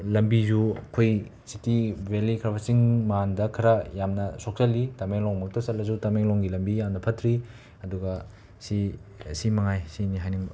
ꯂꯝꯕꯤꯁꯨ ꯑꯩꯈꯣꯏ ꯁꯤꯇꯤ ꯕꯦꯂꯤ ꯈꯔ ꯐ ꯆꯤꯡ ꯃꯥꯟꯗ ꯈꯔ ꯌꯥꯝꯅ ꯁꯣꯛꯆꯜꯂꯤ ꯇꯃꯦꯡꯂꯣꯡꯃꯛꯇ ꯆꯠꯂꯁꯨ ꯇꯃꯦꯡꯂꯣꯡꯒꯤ ꯂꯝꯕꯤ ꯌꯥꯝꯅ ꯐꯠꯇ꯭ꯔꯤ ꯑꯗꯨꯒ ꯁꯤ ꯃꯉꯥꯏ ꯁꯤꯅꯤ ꯍꯥꯏꯅꯤꯡꯕ